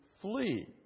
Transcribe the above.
flee